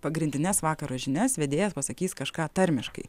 pagrindines vakaro žinias vedėjas pasakys kažką tarmiškai